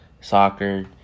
soccer